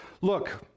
Look